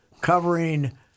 covering